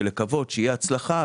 ולקוות שיהיה הצלחה,